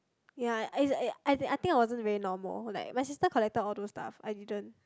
ya it's a~ I I think I wasn't very normal like my sister collected all those stuff I didn't